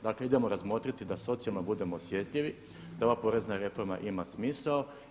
Dakle idemo razmotriti da socijalno budemo osjetljivi, da ova porezna reforma ima smisao.